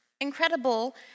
incredible